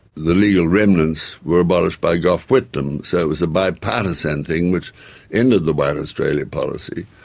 the legal remnants were abolished by gough whitlam, so it was a bipartisan thing which ended the white australia policy,